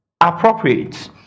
appropriate